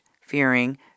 fearing